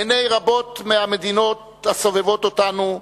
בעיני רבות מהמדינות הסובבות אותנו,